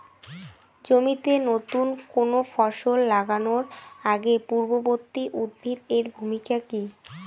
জমিতে নুতন কোনো ফসল লাগানোর আগে পূর্ববর্তী উদ্ভিদ এর ভূমিকা কি?